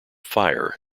fire